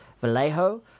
Vallejo